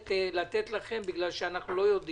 ככל שנדרשים